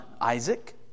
Isaac